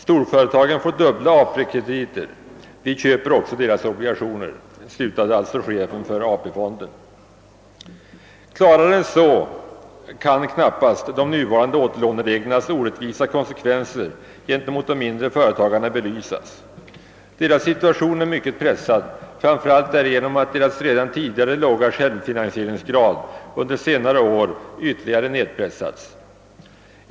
Storföretagen får dubbla AP-krediter — vi köper också deras obligationer», slutade alltså chefen för AP-fonden. Klarare än så kan knappast de nuvarande «<Ååterlånereglernas orättvisa konsekvenser gentemot de mindre företagarna belysas. Deras situation är myckt svår framför allt därigenom att deras redan tidigare låga självfinansieringsgrad under senare år ytterligare nedpressats.